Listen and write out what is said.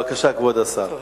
בבקשה, כבוד השר.